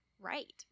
right